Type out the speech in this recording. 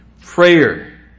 prayer